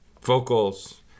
vocals